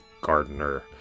gardener